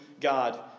God